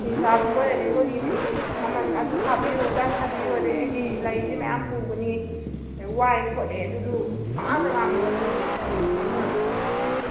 ꯐꯤ ꯁꯥꯕ ꯃꯣꯏꯅꯗꯤ ꯃꯣꯏꯒꯤ ꯐꯤ ꯃꯃꯜ ꯑꯗꯨ ꯁꯥꯕꯤꯌꯨ ꯑꯗꯥ ꯁꯥꯕꯤꯌꯨ ꯑꯗꯩ ꯑꯩꯗꯤ ꯂꯩꯁꯤ ꯃꯌꯥꯝ ꯄꯨꯕꯅꯤ ꯋꯥꯏ ꯈꯣꯠꯂꯦ ꯑꯗꯨ ꯑꯗꯨ ꯄꯉꯥꯡꯗ ꯉꯥꯡꯉꯦꯕ ꯃꯣꯏꯁꯨ ꯑꯗꯨꯅ